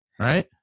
right